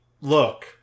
Look